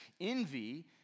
envy